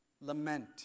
Lament